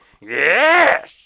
Yes